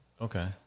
Okay